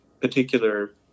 particular